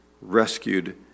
rescued